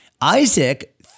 Isaac